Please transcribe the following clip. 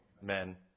men